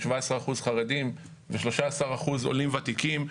17% חרדים ו-13% עולים ותיקים,